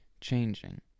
changing